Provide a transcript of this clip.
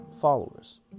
followers